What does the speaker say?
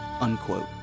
unquote